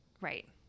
Right